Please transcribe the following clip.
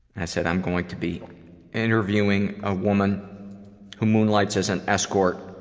i said i'm going to be interviewing a woman who moonlights as an escort,